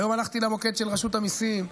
היום הלכתי למוקד של רשות המיסים.